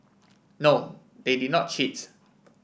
no they did not cheat